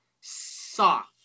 soft